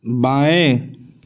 बाएँ